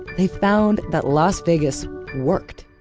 they found that las vegas worked.